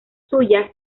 suya